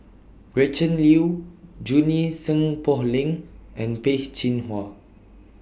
Gretchen Liu Junie Sng Poh Leng and Peh Chin Hua